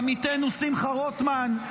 עמיתנו שמחה רוטמן,